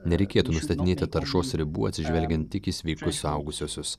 nereikėtų nustatinėti taršos ribų atsižvelgiant tik į sveikus suaugusiuosius